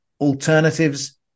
alternatives